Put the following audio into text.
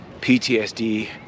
PTSD